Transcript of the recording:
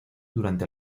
durante